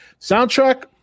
soundtrack